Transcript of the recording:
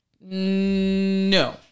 no